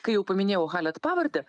kai jau paminėjau halet pavardę